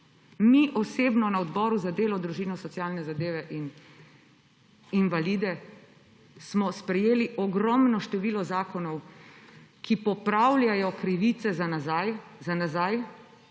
Mi osebno na Odboru za delo, družino, socialne zadeve in invalide smo sprejeli ogromno število zakonov, ki popravljajo krivice za nazaj.